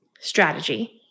strategy